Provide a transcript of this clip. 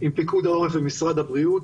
עם פיקוד העורף ועם משרד הבריאות.